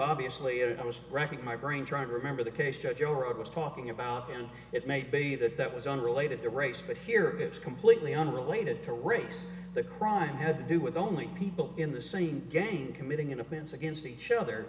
obviously it was racking my brain trying to remember the case that europe was talking about and it might be that that was unrelated to race but here it's completely unrelated to race the crime had to do with only people in the same gang committing an offense against each other